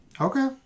Okay